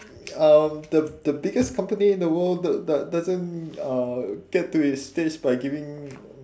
um the the biggest company in the world do~ do~ doesn't uh get to its stage by giving